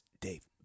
Dave